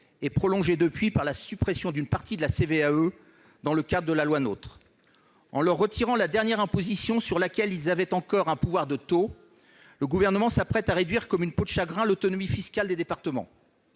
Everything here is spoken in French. et prolongé depuis par la suppression d'une partie de la CVAE dans le cadre de la loi NOTRe. En leur retirant la dernière imposition sur laquelle ils avaient encore un pouvoir de taux, le Gouvernement s'apprête à réduire comme une peau de chagrin l'autonomie fiscale des départements.